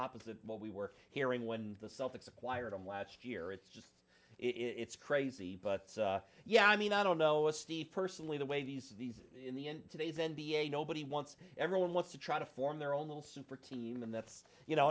opposite of what we were hearing when the celtics acquired him last year it's just it's crazy but yeah i mean i don't know a steve personally the way these these in the in today's n b a nobody wants everyone wants to try to form their own little super team and that's you know